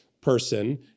person